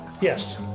Yes